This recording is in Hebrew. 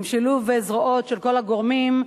בשילוב זרועות של כל הגורמים,